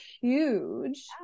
huge